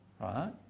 Right